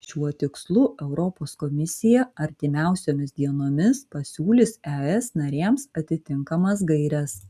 šiuo tikslu europos komisija artimiausiomis dienomis pasiūlys es narėms atitinkamas gaires